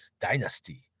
dynasty